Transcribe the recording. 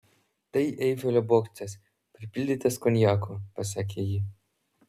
tai eifelio bokštas pripildytas konjako pasakė ji